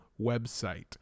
website